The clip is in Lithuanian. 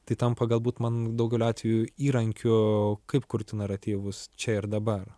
tai tampa galbūt man daugeliu atvejų įrankiu kaip kurti naratyvus čia ir dabar